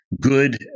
good